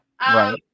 Right